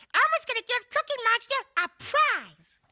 elmo's gonna give cookie monster a prize.